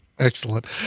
Excellent